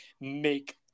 make